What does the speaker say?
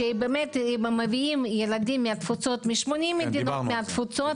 שבה באמת מביאים ילדים מ-80 מדינות מהתפוצות.